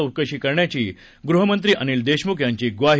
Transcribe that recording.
चौकशी करण्याची गृहमंत्री अनिल देशमुख यांची ग्वाही